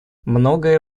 многое